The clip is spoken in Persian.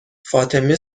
فاطمه